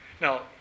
Now